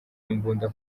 imbunda